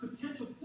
potential